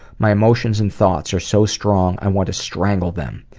my emotions and thoughts are so strong i want to strangle them.